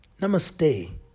Namaste